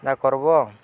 ନା କର୍ବ